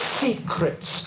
secrets